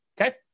Okay